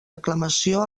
declamació